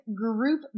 group